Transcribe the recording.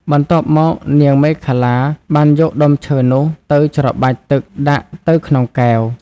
បន្ទាប់មកនាងមេខលាបានយកដុំឈើនោះទៅច្របាច់ទឹកដាក់ទៅក្នុងកែវ។